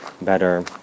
better